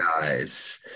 guys